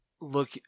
look